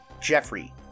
Jeffrey